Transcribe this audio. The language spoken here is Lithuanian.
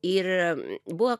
ir buvo